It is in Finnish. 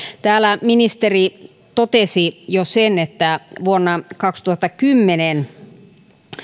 täällä ministeri totesi jo sen että vuonna kaksituhattakymmenen